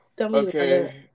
Okay